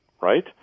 right